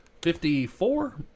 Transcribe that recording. Fifty-four